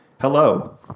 Hello